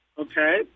okay